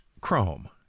Chrome